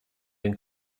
and